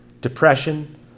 depression